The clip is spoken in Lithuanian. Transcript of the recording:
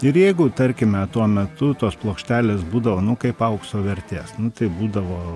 ir jeigu tarkime tuo metu tos plokštelės būdavo nu kaip aukso vertės tai būdavo